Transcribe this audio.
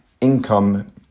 income